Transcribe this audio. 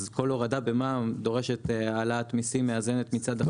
אז כל הורדה במע"מ דורשת העלאת מיסים מאזנת מצד אחד שגם אותה הם משלמים.